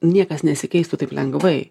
niekas nesikeistų taip lengvai